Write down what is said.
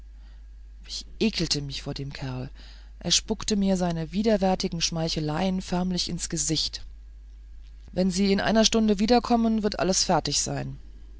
ich ekelte mich vor dem kerl er spuckte mir seine widerwärtigen schmeicheleien förmlich ins gesicht wenn sie in einer stunde wiederkommen wird alles fertig sein